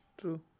true